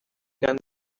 done